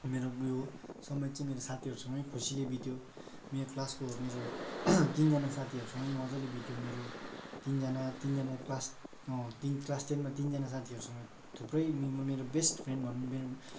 मेरो उयो समय चाहिँ मेरो साथीहरूसँगै खुसीले बित्यो मेरो क्लासको मेरो तिनजना साथीहरूसँगै मजाले बित्यो मेरो तिनजना तिनजना क्लास क्लास टेनमा तिनजाना साथीहरूसँग थुप्रै मेरो बेस्ट फ्रेन्ड भनौँ मेरो